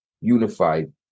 unified